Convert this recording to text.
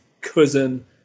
cousin